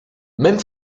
même